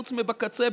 חוץ מבקצה,